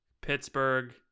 Pittsburgh